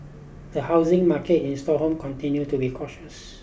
the housing market in Stockholm continued to be cautious